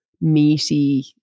meaty